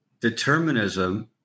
determinism